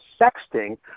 sexting